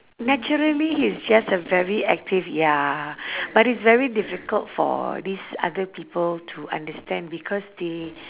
naturally he's just a very active ya but it's very difficult for these other people to understand because they